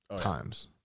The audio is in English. times